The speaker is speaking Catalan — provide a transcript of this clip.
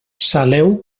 saleu